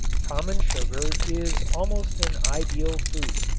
common sugar is almost an ideal food.